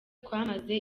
twamaze